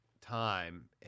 time